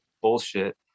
bullshit